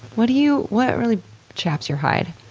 what do you, what really chaps your hide?